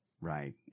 Right